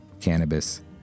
cannabis